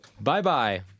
Bye-bye